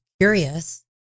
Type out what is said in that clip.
curious